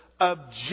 object